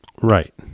Right